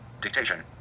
dictation